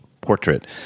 portrait